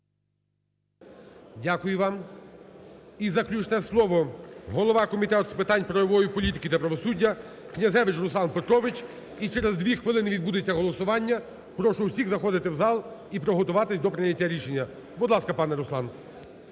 Дякую вам. І заключне слово голова Комітету з питань правової політики та правосуддя Князевич Руслан Петрович. І через 2 хвилини відбудеться голосування, прошу всіх заходити в зал і приготуватись до прийняття рішення. Будь ласка, пане Руслан.